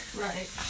Right